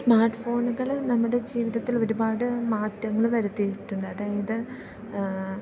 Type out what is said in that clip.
സ്മാർട്ട്ഫോണുകൾ നമ്മുടെ ജീവിതത്തിൽ ഒരുപാട് മാറ്റങ്ങൾ വരുത്തിയിട്ടുണ്ട് അതായത്